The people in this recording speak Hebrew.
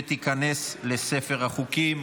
ותיכנס לספר החוקים.